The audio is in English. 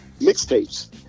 mixtapes